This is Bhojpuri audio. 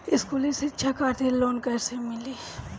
स्कूली शिक्षा खातिर लोन कैसे मिली?